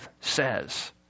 says